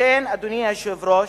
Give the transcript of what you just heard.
לכן, אדוני היושב-ראש,